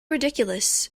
ridiculous